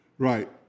Right